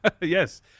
Yes